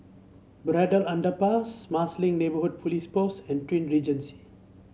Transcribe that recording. Braddell Underpass Marsiling Neighbourhood Police Post and Twin Regency